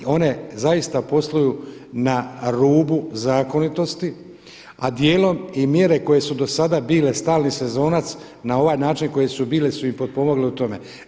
One zaista posluju na rubu zakonitosti, a dijelom i mjere koje su do sada bile stalni sezonac na ovaj način koje su bile su im potpomogle u tome.